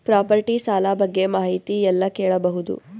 Property ಸಾಲ ಬಗ್ಗೆ ಮಾಹಿತಿ ಎಲ್ಲ ಕೇಳಬಹುದು?